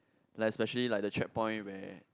like especially like the checkpoint where